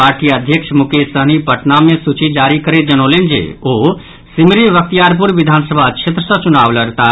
party अध्यक्ष मुकेश सहनी पटना मे सूची जारी करैत जनौलनि जे ओ सिमरी बख्तियारपुर विधानसभा क्षेत्र सँ चुनाव लड़लताह